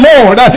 Lord